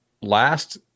last